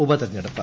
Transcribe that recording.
ഉപതിരഞ്ഞെടുപ്പ്